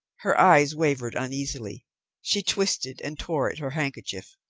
her eyes wavered uneasily she twisted and tore at her handkerchief.